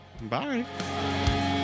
Bye